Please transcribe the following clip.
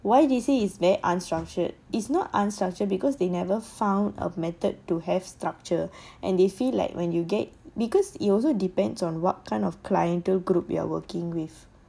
Y_D_C is very unstructured it's not unstructured because they never found a method to have structure and they feel like when you get because it also depends on what kind of clientele group we are working with